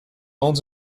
owns